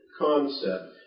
concept